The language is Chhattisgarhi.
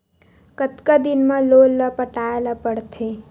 कतका दिन मा लोन ला पटाय ला पढ़ते?